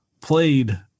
played